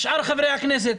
חברי הכנסת.